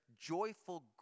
joyful